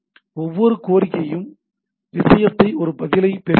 ஒவ்வொரு கோரிக்கையும் விஷயத்தை ஒரு பதிலைப் பெறுகிறது